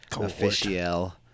official